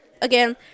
again